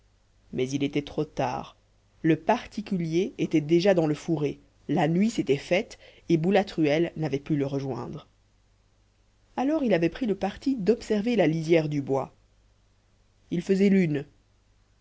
mais il était trop tard le particulier était déjà dans le fourré la nuit s'était faite et boulatruelle n'avait pu le rejoindre alors il avait pris le parti d'observer la lisière du bois il faisait lune